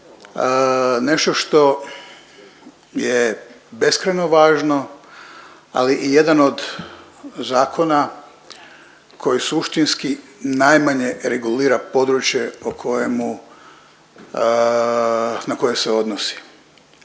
nešto što je beskrajno važno, ali i jedan od zakona koji suštinski najmanje regulira područje o kojemu, na koje se odnosi.